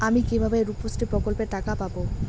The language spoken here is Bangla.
আমি কিভাবে রুপশ্রী প্রকল্পের টাকা পাবো?